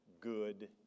good